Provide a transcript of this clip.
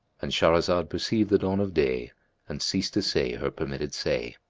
and shahrazad perceived the dawn of day and ceased to say her permitted say.